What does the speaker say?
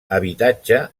habitatge